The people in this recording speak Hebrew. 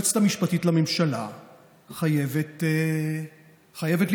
היועצת המשפטית לממשלה חייבת להתערב,